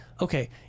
okay